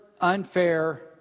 unfair